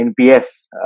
NPS